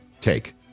take